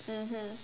mmhmm